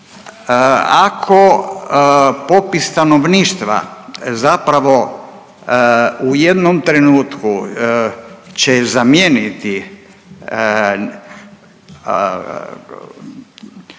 Ako popis stanovništva zapravo u jednom trenutku će zamijeniti,